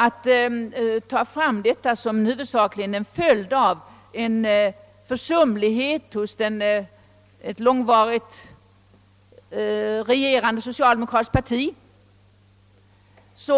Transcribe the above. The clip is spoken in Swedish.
Att framställa detta som en följd av försumlighet hos ett regerande socialdemokratiskt parti, det